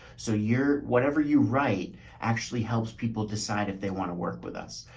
so your whatever you write actually helps people decide if they want to work with us,